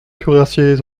cuirassiers